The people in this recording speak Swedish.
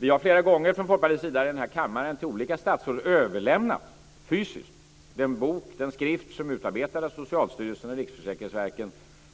Vi har flera gånger från Folkpartiets sida i den här kammaren till olika statsråd överlämnat, fysiskt, den skrift som utarbetades av Socialstyrelsen och Riksförsäkringsverket